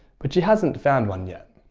but she hasn't found one yet.